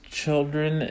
children